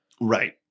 Right